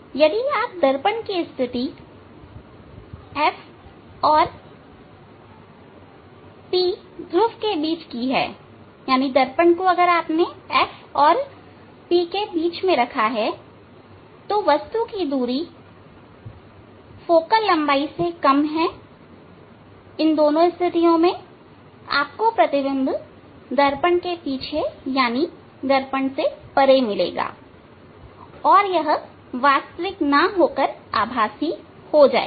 यदि आपके दर्पण की स्थिति F और P ध्रुव के बीच की है वस्तु की दूरी फोकल लंबाई से कम है तब प्रतिबिंब आपको दर्पण के पीछे यानी कि दर्पण से परे मिलेगा और यह आभासी हो जाएगा